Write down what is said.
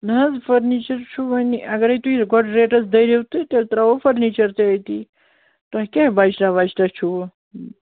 نہ حظ فرنیٖچَر چھُ وۄنۍ اگرَے تُہۍ گۄڈٕ ریٹَس دٔرِو تہٕ تیٚلہِ ترٛاوَو فرنیٖچَر تہِ أتی تۄہہِ کیٛاہ بَجٹا وَجٹا چھُوٕ